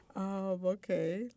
Okay